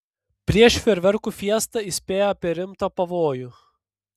prieš fejerverkų fiestą įspėja apie rimtą pavojų